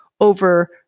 over